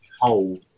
hole